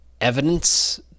evidence